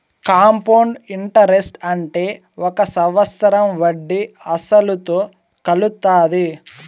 compound interest అంటే ఒక సంవత్సరం వడ్డీ అసలుతో కలుత్తాది